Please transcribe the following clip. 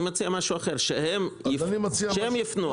אני מציע משהו אחר, שהם יפנו ללקוח.